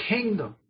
Kingdom